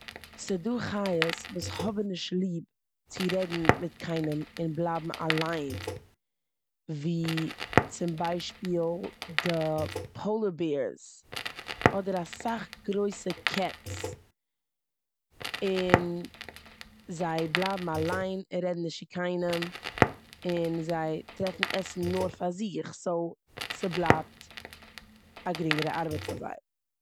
ס'דא חיות וואס האבן נישט ליב צו רעדן מיט קיינעם און בלייבן אליין. ווי צום ביישפיל די פאלער בערס, אדער אסאך גרויסע קעץ און זיי בלייבן אליין און רעדן נישט צו קיינעם און זיי טרעפן עסן נאר פאר זיך סאו ס'בלייבט א גרינגערע ארבעט פאר זיי.